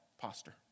posture